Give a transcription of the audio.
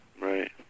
Right